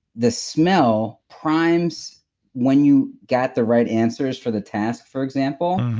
the smell primes when you got the right answers for the task, for example,